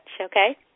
okay